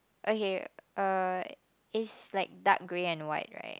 okay uh it's like dark grey and white right